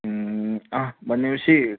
अँ भनेपछि